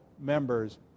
members